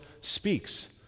speaks